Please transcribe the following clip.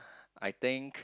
I think